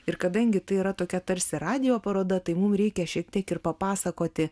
ir kadangi tai yra tokia tarsi radijo paroda tai mum reikia šiek tiek ir papasakoti